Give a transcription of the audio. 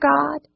God